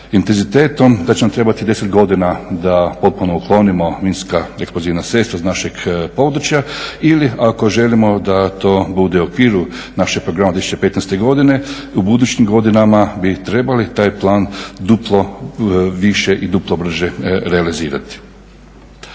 intenzitetom da će nam trebati 10 godina da potpuno uklonimo minska eksplozivna sredstva s našeg područja ili ako želimo da to bude u okviru našeg programa 2015. godine, u budućim godinama bi trebali taj plan duplo više i duplo brže realizirati.